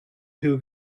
who